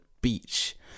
beach